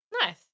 Nice